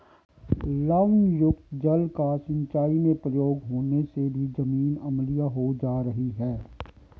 लवणयुक्त जल का सिंचाई में प्रयोग होने से भी जमीन अम्लीय हो जा रही है